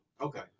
Okay